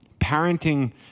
Parenting